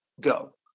go